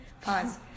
Pause